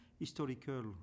historical